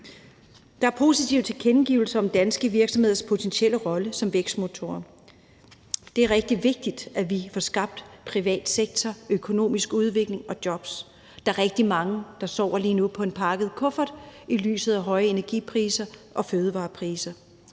Der er positive tilkendegivelser om danske virksomheders potentielle rolle som vækstmotorer. Det er rigtig vigtigt, at vi får skabt en privat sektor, en økonomisk udvikling og jobs. Der er rigtig mange, der lige nu sover på en pakket kuffert i lyset af høje energipriser og fødevarepriser.